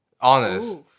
Honest